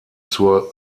zur